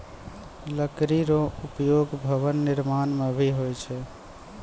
लकड़ी रो उपयोग भवन निर्माण म भी होय छै